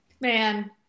Man